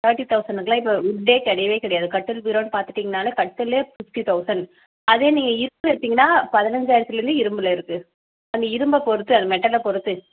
thirty தௌசணுக்குலாம் இப்போ உட்டே கிடையவே கிடையாது கட்டில் பீரோன்னு பார்த்துட்டிங்னாலே கட்டில்லே ஃபிஃப்ட்டி தௌசண்ட் அதே நீங்கள் இரும்பில் எடுத்திங்கனா பதனஞ்சாயிரத்துலிந்து இரும்பில் இருக்கு அந்த இரும்பை பொறுத்து அது மெட்டலை பொறுத்து